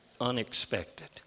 unexpected